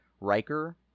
riker